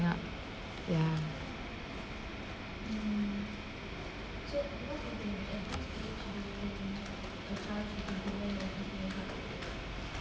up ya